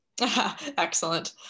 Excellent